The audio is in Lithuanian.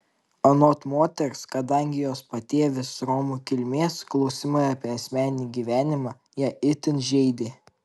anot moters kadangi jos patėvis romų kilmės klausimai apie asmeninį gyvenimą ją itin žeidė